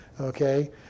okay